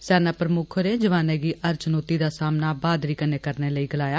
सेना प्रमुक्ख होरें जवाने गी हर चुनौती दा सामना बहादुरी कन्नै करने लेई गलाया